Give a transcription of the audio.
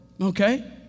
okay